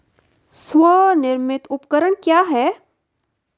स्वनिर्मित उपकरण क्या है?